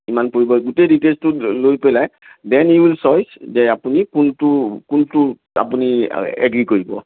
ইমান পৰিব গোটেই ডিটেইল্ছটো লৈ পেলাই দ্য়েন ইউ উইল চইছ যে আপুনি কোনটো কোনটো আপুনি এগ্ৰী কৰিব